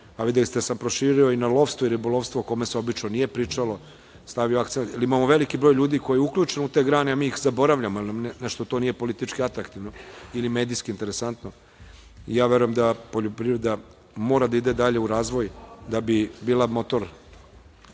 a videli ste da sam proširio i na lovstvo i ribolovstvo o kome se obično nije pričalo, jer imamo veliki broj ljudi koji je uključen u te grane a i mi ih zaboravljamo, nešto to nije politički atraktivno ili medijski interesantno. Verujem da poljoprivreda mora da ide dalje u razvoj da bi bila motor